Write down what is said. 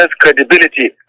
credibility